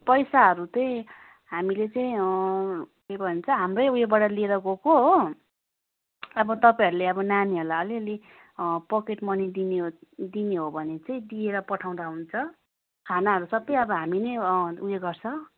पैसाहरू चाहिँ हामीले चाहिँ के भन्छ हाम्रै ऊ योबाट लिएर गएको हो अब तपाईँहरूले नानीहरूलाई अलिअलि पकेट मनी दिने हो दिने हो भने चाहिँ दिएर पठाउँदा हुन्छ खानाहरू सबै हामी नै ऊ यो गर्छ